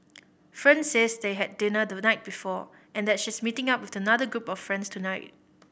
friend says they had dinner the night before and that she's meeting up with another group of friends tonight